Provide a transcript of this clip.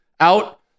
out